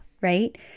right